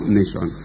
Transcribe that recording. nation